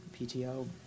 PTO